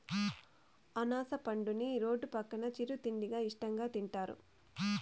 అనాస పండుని రోడ్డు పక్కన చిరు తిండిగా ఇష్టంగా తింటారు